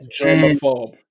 Germaphobe